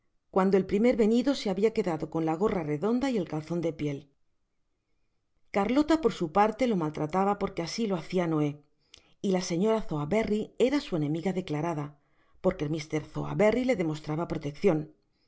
cuando el primer venido se habia quedado con la gorra redonda y calzon de piel carlota por su parte lo maltrataba porque asi lo hacia noé y la señora sowerberry era su enemiga declarada porque mr sowerberry le demostraba proteccion